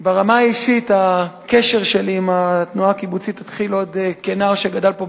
ברמה האישית הקשר שלי עם התנועה הקיבוצית התחיל עוד כנער שגדל פה,